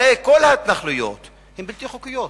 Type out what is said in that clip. הרי כל ההתנחלויות הן בלתי חוקיות,